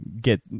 get